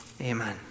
Amen